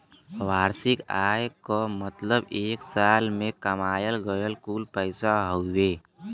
वार्षिक आय क मतलब एक साल में कमायल गयल कुल पैसा हउवे